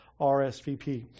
RSVP